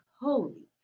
holy